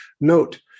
Note